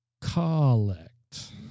Collect